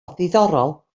ddiddorol